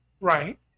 Right